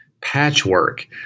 patchwork